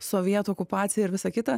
sovietų okupaciją ir visą kitą